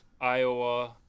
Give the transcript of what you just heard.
Iowa